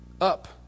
up